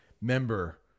member